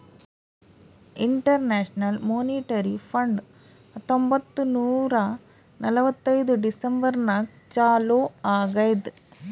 international monetary fund ಹತ್ತೊಂಬತ್ತ್ ನೂರಾ ನಲ್ವತ್ತೈದು ಡಿಸೆಂಬರ್ ನಾಗ್ ಚಾಲೂ ಆಗ್ಯಾದ್